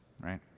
right